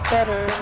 Better